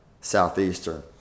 Southeastern